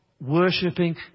worshipping